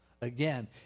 Again